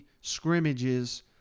scrimmages